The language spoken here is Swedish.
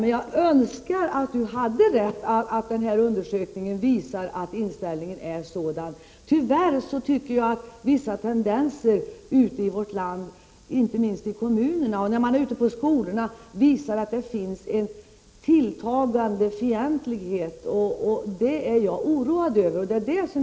Men jag önskar att Hans Göran Franck hade rätt i sin uppfattning att undersökningen visar att inställningen är sådan. Tyvärr tycker jag att vissa tendenser i vårt land, inte minst i kommunerna och på skolorna, visar att det finns en tilltagande fientlighet. Det är jag oroad över.